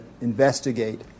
investigate